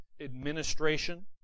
administration